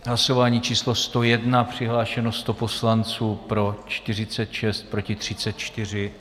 Hlasování číslo 101, přihlášeno 100 poslanců, pro 46, proti 34.